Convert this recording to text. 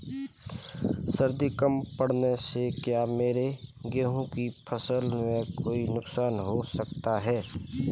सर्दी कम पड़ने से क्या मेरे गेहूँ की फसल में कोई नुकसान हो सकता है?